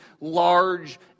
large